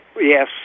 Yes